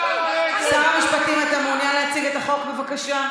שר המשפטים, אתה מעוניין להציג את החוק, בבקשה?